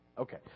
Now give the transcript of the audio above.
Okay